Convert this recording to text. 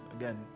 again